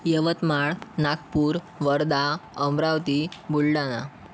Yavatmal Nagpur Wardha Amravati Buldhana